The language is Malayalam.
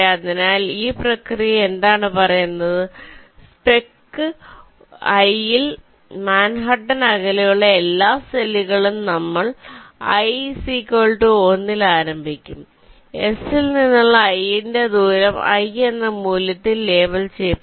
അതിനാൽ ഈ പ്രക്രിയ എന്താണ് പറയുന്നത് സ്പെക്ക് i ൽ മാൻഹട്ടൻ അകലെയുള്ള എല്ലാ സെല്ലുകളും നമ്മൾ i 1 ൽ ആരംഭിക്കും S ൽ നിന്നുള്ള i ന്റെ ദൂരം i എന്ന മൂല്യത്തിൽ ലേബൽ ചെയ്യപ്പെടും